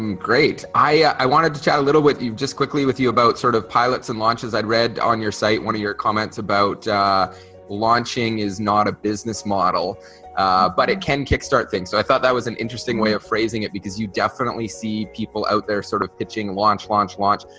um great i wanted to chat a little with you just quickly with you about sort of pilots and launches i'd read on your site, one of your comments about launching is not a business model but it can kick-start thing so i thought that was an interesting way of phrasing it because you definitely see people out there sort of pitching launch launch launch,